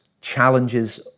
challenges